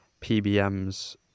PBM's